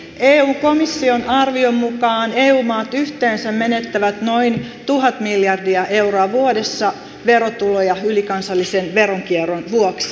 eu komission arvion mukaan eu maat yhteensä menettävät noin tuhat miljardia euroa vuodessa verotuloja ylikansallisen veronkierron vuoksi